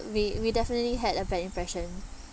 we we definitely had a bad impression